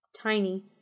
tiny